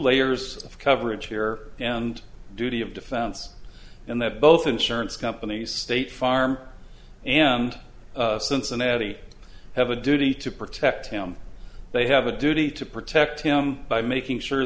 layers of coverage here and duty of defense and that both insurance companies state farm and cincinnati have a duty to protect him they have a duty to protect him by making sure